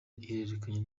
ihererekanya